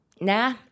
nah